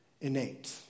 innate